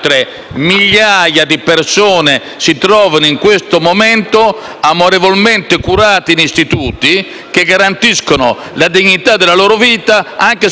amorevolmente curate in istituti che garantiscono la dignità della loro vita anche se hanno delle imperfezioni. So che alcuni colleghi sono nostalgici del tempo,